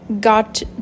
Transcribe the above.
got